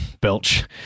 belch